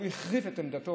הוא אפילו החריף את עמדתו